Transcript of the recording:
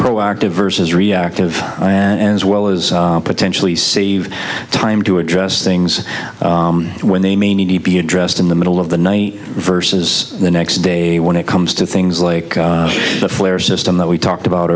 proactive vs reactive and as well as potentially save time to address things when they may need to be addressed in the middle of the night versus the next day when it comes to things like the flare system that we talked about